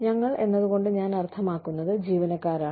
ഞങ്ങൾ എന്നതുകൊണ്ട് ഞാൻ അർത്ഥമാക്കുന്നത് ജീവനക്കാരാണ്